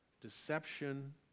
deception